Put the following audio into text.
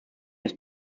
ist